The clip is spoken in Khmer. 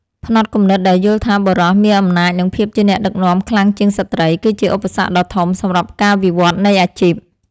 ផ្នត់គំនិតដែលយល់ថាបុរសមានអំណាចនិងភាពជាអ្នកដឹកនាំខ្លាំងជាងស្ត្រី គឺជាឧបសគ្គដ៏ធំសម្រាប់ការវិវត្តនៃអាជីព។